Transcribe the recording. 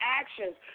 actions